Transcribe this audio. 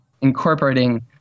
Incorporating